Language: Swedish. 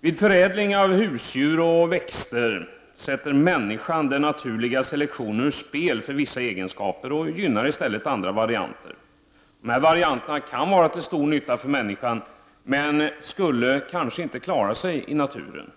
Vid förädling av husdjur och växter sätter människan den naturliga selektionen ur spel för vissa egenskaper och gynnar i stället andra varianter. Dessa varianter kan vara till stora nytta för människan, men skulle kanske inte klara sig i naturen.